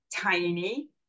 tiny